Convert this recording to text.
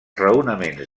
raonaments